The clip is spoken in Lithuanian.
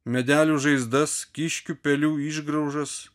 medelių žaizdas kiškių pelių išgraužas